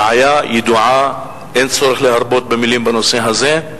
בעיה ידועה, אין צורך להרבות במלים בנושא הזה,